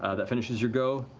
ah that finishes your go.